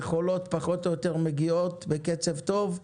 המכולות פחות או יותר מגיעות בקצב טוב,